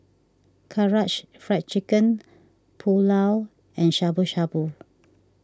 Karaage Fried Chicken Pulao and Shabu Shabu